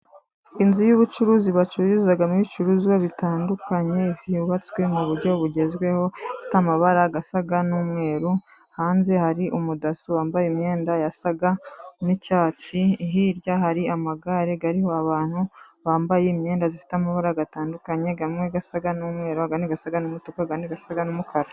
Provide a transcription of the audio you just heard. Inzu y'ubucuruzi bacururizamo ibicuruzwa bitandukanye, yubatswe mu buryo bugezweho, ifite amabara asa n'umweru, hanze hari umudaso wambaye imyenda isa n'icyatsi, hirya hari amagare ariho abantu bambaye imyenda ifite amabara atandukanye, amwe asa n'umweru, ayandi asa n'umutuku, ayandi asa n'umukara.